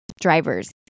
drivers